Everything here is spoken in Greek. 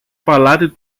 παλάτι